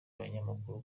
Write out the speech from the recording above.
abanyamakuru